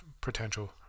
potential